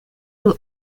will